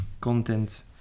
content